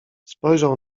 spojrzał